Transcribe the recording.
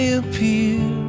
appear